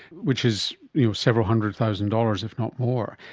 which is several hundred thousand dollars, if not more.